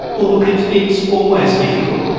well look, it's it's always difficult.